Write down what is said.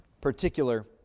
particular